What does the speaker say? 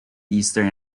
eastern